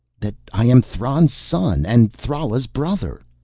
that i am thran's son and thrala's brother.